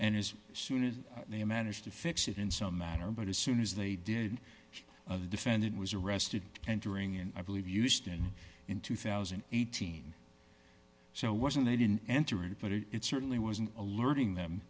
and as soon as they managed to fix it in some matter but as soon as they did the defendant was arrested and during and i believe used in in two thousand and eighteen so wasn't they didn't enter it but it certainly wasn't alerting them